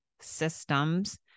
systems